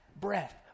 breath